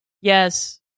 Yes